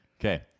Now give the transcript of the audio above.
Okay